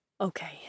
Okay